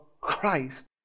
Christ